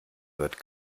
wird